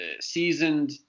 seasoned